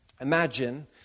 Imagine